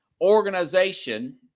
organization